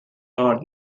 ارد